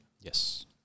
Yes